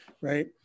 right